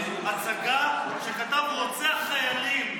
הצגה שכתב רוצח חיילים?